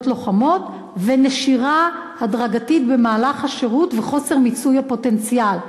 לוחמות ונשירה הדרגתית במהלך השירות וחוסר מיצוי הפוטנציאל.